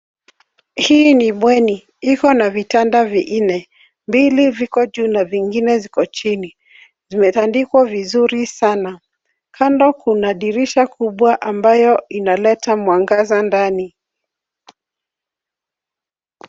Hii ni bweni, iko na vitanda vinne. Mbili viko juu na vingine ziko chini. Zimetandikwa vizuri sana. Kando kuna dirisha kubwa ambayo inaleta mwangaza ndani.